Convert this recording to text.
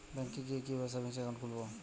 ব্যাঙ্কে গিয়ে কিভাবে সেভিংস একাউন্ট খুলব?